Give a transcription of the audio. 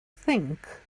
think